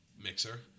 mixer